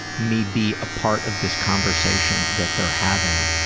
me be a part of this conversation that they're having.